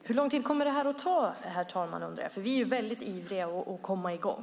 Herr talman! Hur lång tid kommer det här att ta? Vi är väldigt ivriga att komma i gång.